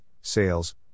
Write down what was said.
sales